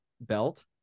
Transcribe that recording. belt